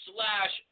Slash